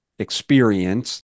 Experience